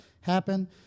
happen